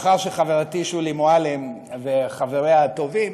לאחר שחברתי שולי מועלם וחבריה הטובים